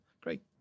great